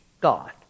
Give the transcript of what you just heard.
God